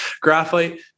Graphite